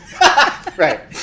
Right